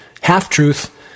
Half-truth